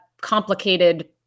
complicated